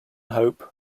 hope